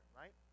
right